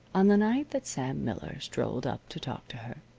on the night that sam miller strolled up to talk to her,